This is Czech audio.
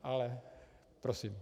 Ale prosím.